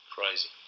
Crazy